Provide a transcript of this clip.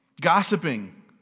gossiping